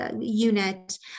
unit